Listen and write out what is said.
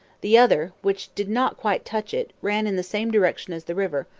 the other, which did not quite touch it, ran in the same direction as the river,